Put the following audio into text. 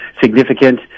significant